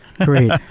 great